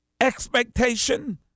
expectation